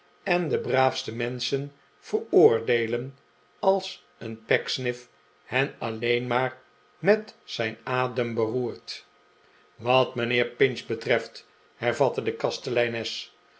en de braafste menschen veroordeelen als een pecksniff hen alleen maar met zijn adem beroert wat mijnheer pinch betreft hervatte de kasteleines